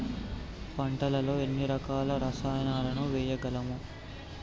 పంటలలో ఎన్ని రకాల రసాయనాలను వేయగలము?